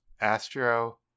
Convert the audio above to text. Astro